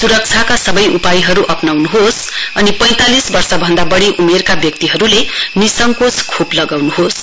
सुरक्षाका सबै उपायहरू अपनाउनुहोस् अनि पैंतालीस वर्षभन्दा बढ़ी उमेरका सबै मानिसहरूले निसन्देह खोप लगाउनुहोस्